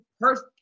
first